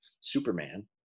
Superman